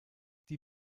die